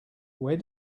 where